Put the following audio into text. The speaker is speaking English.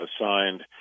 assigned